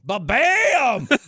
Bam